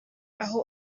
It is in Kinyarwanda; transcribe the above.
aho